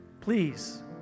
Please